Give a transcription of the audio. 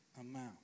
amount